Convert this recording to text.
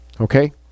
okay